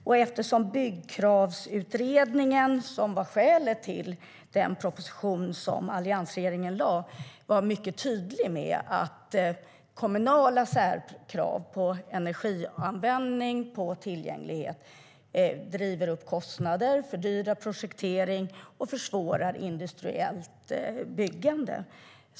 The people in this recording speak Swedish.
Skälet till den proposition som alliansregeringen lade fram var att Byggkravsutredningen var mycket tydlig med att kommunala särkrav på energianvändning och tillgänglighet driver upp kostnader, fördyrar projektering och försvårar industriellt byggande.